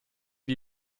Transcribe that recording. die